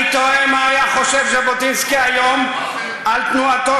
אני תוהה מה היה חושב ז'בוטינסקי היום על תנועתו,